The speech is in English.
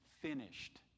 finished